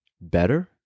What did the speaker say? better